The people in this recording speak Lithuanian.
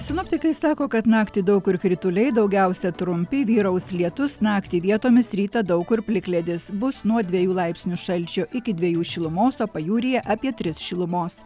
sinoptikai sako kad naktį daug kur krituliai daugiausia trumpi vyraus lietus naktį vietomis rytą daug kur plikledis bus nuo dviejų laipsnių šalčio iki dviejų šilumos o pajūryje apie tris šilumos